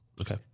Okay